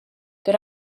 but